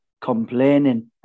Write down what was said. complaining